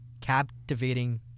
captivating